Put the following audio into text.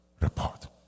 report